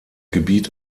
gebiet